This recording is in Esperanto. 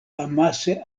amase